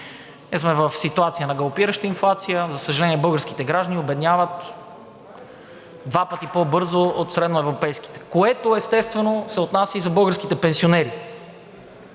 Ние сме в ситуация на галопираща инфлация. За съжаление, българските граждани обедняват два пъти по-бързо от средноевропейските, което, естествено, се отнася и за българските пенсионери.